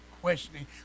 questioning